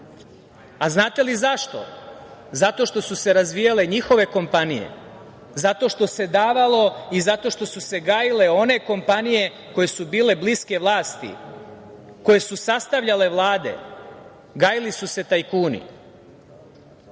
Znate li zašto? Zato što su se razvijale njihove kompanije, zato što se davalo i zato što su se gajile one kompanije koje su bile bliske vlasti, koje su sastavljale Vlade. Gajili su se tajkuni. Srpska